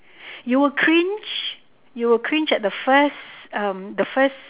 you will cringe you will cringe at the first um the first